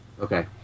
Okay